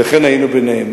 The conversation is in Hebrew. וכן היינו בעיניהם.